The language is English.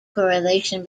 correlation